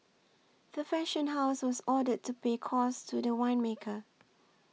the fashion house was ordered to pay costs to the winemaker